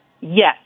Yes